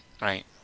Right